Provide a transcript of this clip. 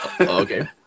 Okay